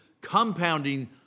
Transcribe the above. compounding